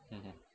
mmhmm